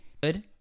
good